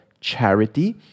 charity